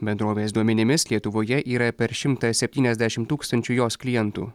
bendrovės duomenimis lietuvoje yra per šimtą septyniasdešimt tūkstančių jos klientų